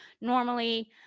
normally